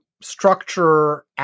structure